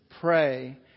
pray